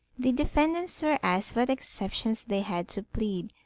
the defendants were asked what exceptions they had to plead,